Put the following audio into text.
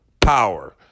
power